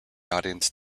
audience